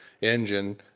engine